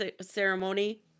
ceremony